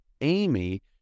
Amy